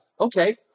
okay